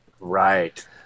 Right